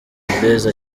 blaise